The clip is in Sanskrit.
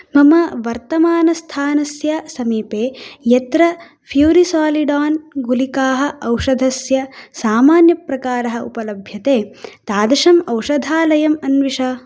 मम वर्तमानस्थानस्य समीपे यत्र फ़्यूरिसालिडोन् गुलिकाः औषधस्य सामान्यप्रकारः उपलभ्यते तादृशम् औषधालयम् अन्विष